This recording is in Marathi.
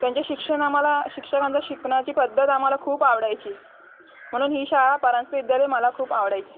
त्यांचे शिक्षण आम्हाला शिक्षकांचा शिकण्याची पद्धत आम्हाला खूप आवडायची म्हणून ही शाळा परांजपे विद्यालय मला खूप आवडायची